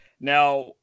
Now